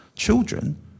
Children